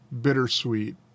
bittersweet